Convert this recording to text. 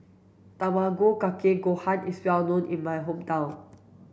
tamago kake gohan is well known in my hometown